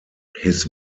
his